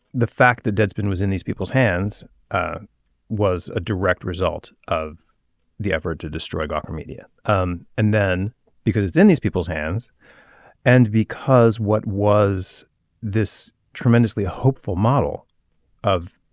the fact that deadspin was in these people's hands was a direct result of the effort to destroy gawker media um and then because it's in these people's hands and because what was this tremendously hopeful model of